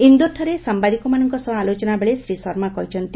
ଇନ୍ଦୋରଠାରେ ସାମ୍ଭାଦିକଙ୍କ ସହ ଆଲୋଚନା ବେଳେ ଶ୍ରୀ ଶର୍ମା କହିଛନ୍ତି